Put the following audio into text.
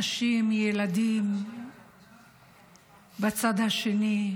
הנשים והילדים בצד השני,